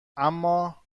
اما